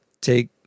take